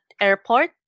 airport